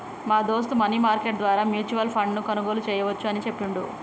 మా దోస్త్ money market ద్వారా మ్యూచువల్ ఫండ్ ను కొనుగోలు చేయవచ్చు అని చెప్పిండు